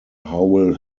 howell